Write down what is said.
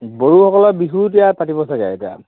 বড়োসকলৰ বিহু এতিয়া পাতিব চাগে এতিয়া